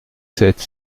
sept